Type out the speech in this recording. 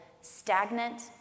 stagnant